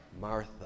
Martha